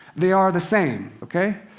they are the same. okay?